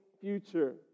future